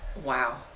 wow